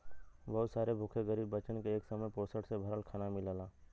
बहुत सारे भूखे गरीब बच्चन के एक समय पोषण से भरल खाना मिलला